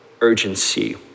urgency